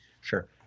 sure